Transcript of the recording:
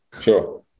sure